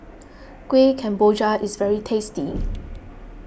Kuih Kemboja is very tasty